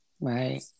Right